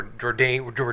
Jordan